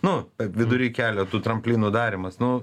nu vidury kelio tų tramplinų darymas nu